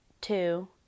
two